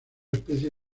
especie